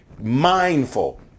mindful